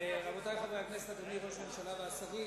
רבותי חברי הכנסת, אדוני ראש הממשלה והשרים,